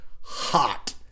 hot